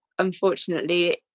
unfortunately